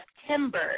September